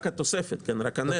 רק התוספת, רק הנטו.